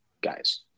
guys